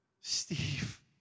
Steve